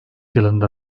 yılında